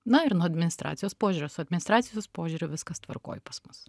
na ir nuo administracijos požiūrio su administracijos požiūriu viskas tvarkoj pas mus